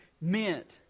meant